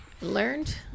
Learned